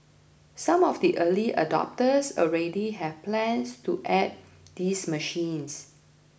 some of the early adopters already have plans to add these machines